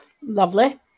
Lovely